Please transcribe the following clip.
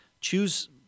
Choose